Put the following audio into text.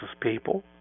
people